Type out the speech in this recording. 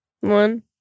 one